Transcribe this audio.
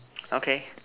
okay